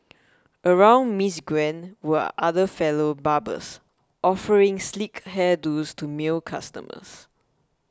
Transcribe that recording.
around Miss Gwen were other fellow barbers offering sleek hair do's to male customers